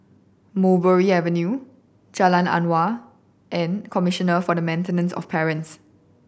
Mulberry Avenue Jalan Awang and Commissioner for the Maintenance of Parents